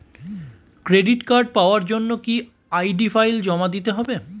Credit card পাওয়ার জন্য কি আই.ডি ফাইল জমা দিতে হবে?